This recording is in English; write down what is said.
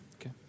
Okay